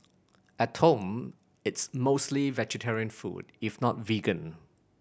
at home it's mostly vegetarian food if not vegan